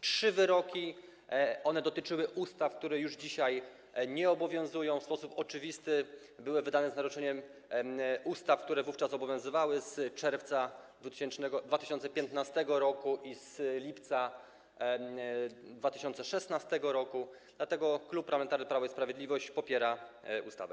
Trzy wyroki - one dotyczyły ustaw, które już dzisiaj nie obowiązują, w sposób oczywisty były wydane z naruszeniem ustaw, które wówczas obowiązywały, z czerwca 2015 r. i z lipca 2016 r. Dlatego Klub Parlamentarny Prawo i Sprawiedliwość popiera ustawę.